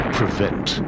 prevent